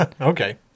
okay